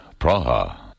Praha